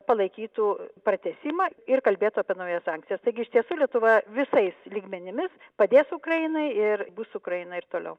palaikytų pratęsimą ir kalbėtų apie naujas sankcijas taigi iš tiesų lietuva visais lygmenimis padės ukrainai ir bus su ukraina ir toliau